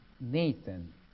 Nathan